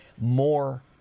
more